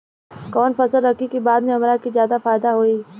कवन फसल रखी कि बाद में हमरा के ज्यादा फायदा होयी?